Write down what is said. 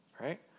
right